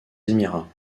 émirats